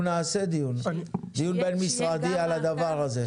אנחנו נעשה דיון, דיון בין משרדי על הדבר הזה.